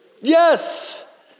Yes